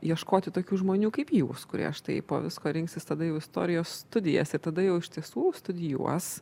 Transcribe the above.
ieškoti tokių žmonių kaip jūs kurie štai po visko rinksis tada jau istorijos studijas ir tada jau iš tiesų studijuos